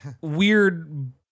weird